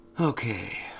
Okay